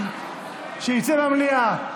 שיצא מהמליאה.